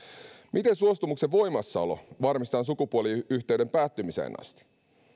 miten suostumuksen voimassaolo varmistetaan sukupuoliyhteyden päättymiseen asti